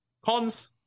Cons